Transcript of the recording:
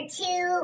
two